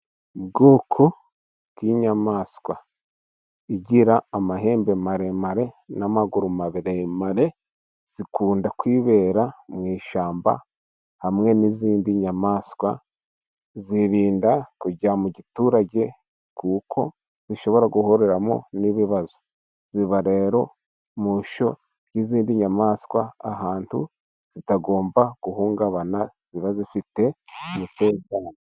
Uwoko bw'inyamaswa igira amahembe maremare, n'amaguru maremare ,zikunda kwibera mu ishyamba hamwe n'izindi nyamaswa, zirinda kujya mu giturage kuko zishobora guhuriramo n'ibibazo ,ziba rero mu ishyo n'izindi nyamaswa, ahantu zitagomba guhungabana ziba zifite umutekano.